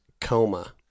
coma